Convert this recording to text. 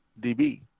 DB